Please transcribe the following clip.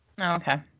okay